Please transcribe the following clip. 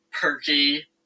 perky